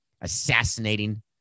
assassinating